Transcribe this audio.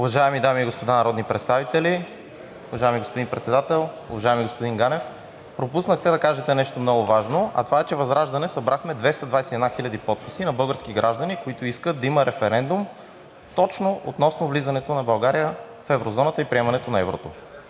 уважаеми дами и господа народни представители! Уважаеми господин Ганев, пропуснахте да кажете нещо много важно, а това е, че ВЪЗРАЖДАНЕ събрахме 221 хиляди подписа на български граждани, които искат да има референдум относно влизането на България в еврозоната и приемането на еврото.